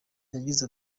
yagize